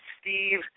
Steve